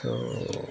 ତ